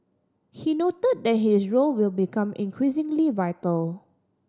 he noted that his role will become increasingly vital